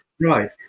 Right